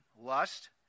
lust